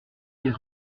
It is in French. les